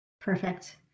Perfect